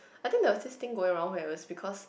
I think there was this thing going round when it was because